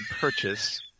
purchase